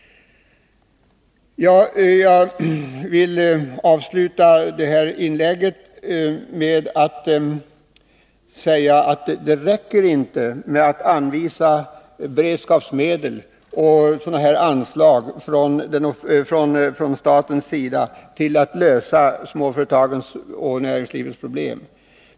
Jag vill avsluta det här inlägget med att säga att det från statens sida inte räcker med att anvisa beredskapsmedel och bevilja anslag för att lösa småföretagens och näringslivets problem.